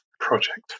Project